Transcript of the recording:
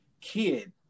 kid